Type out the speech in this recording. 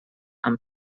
amb